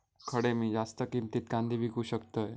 खडे मी जास्त किमतीत कांदे विकू शकतय?